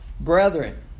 Brethren